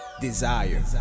desire